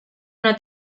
una